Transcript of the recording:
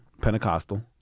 Pentecostal